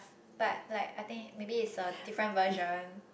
but like I think maybe it's a different version